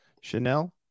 Chanel